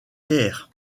caire